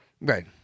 right